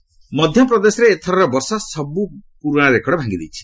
MP rain ମଧ୍ୟପ୍ରଦେଶରେ ଏଥରର ବର୍ଷା ସବୁ ପୁରୁଣା ରେକର୍ଡ଼ ଭାଙ୍ଗି ଦେଇଛି